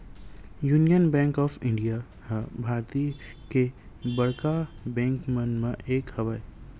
union Bank of India ह भारतीय के बड़का बेंक मन म एक हरय